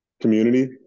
community